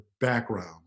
background